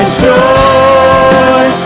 joy